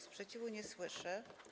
Sprzeciwu nie słyszę.